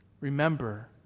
Remember